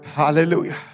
Hallelujah